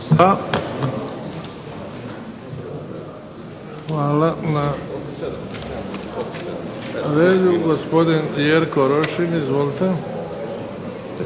Hvala. Na redu je gospodin Jerko Rošin, izvolite.